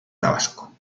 tabasco